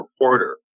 reporter